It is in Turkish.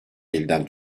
elden